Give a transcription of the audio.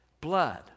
blood